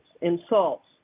insults